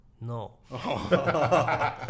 No